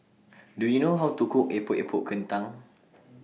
Do YOU know How to Cook Epok Epok Kentang